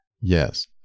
Yes